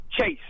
Chase